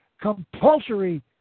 compulsory